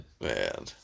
Man